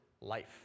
life